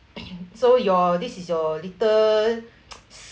so your this is your little